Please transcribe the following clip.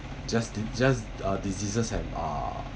just just uh diseases have uh